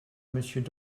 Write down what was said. monsieur